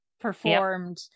performed